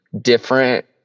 different